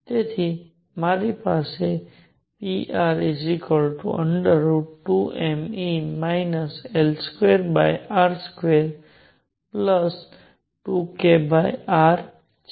તેથી મારી પાસે pr√2mE L2r22kr છે